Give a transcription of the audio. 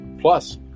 Plus